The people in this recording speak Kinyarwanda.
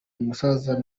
umusaza